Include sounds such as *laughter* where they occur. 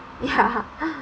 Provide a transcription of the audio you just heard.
ya *laughs*